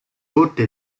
corte